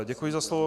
Děkuji za slovo.